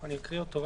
אני רק אקריא אותו.